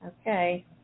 Okay